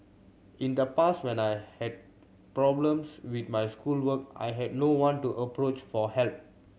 in the past when I had problems with my schoolwork I had no one to approach for help